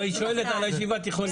אבל היא שואלת על הישיבה התיכונית,